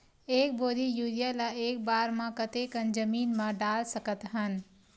एक बोरी यूरिया ल एक बार म कते कन जमीन म डाल सकत हन?